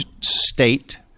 state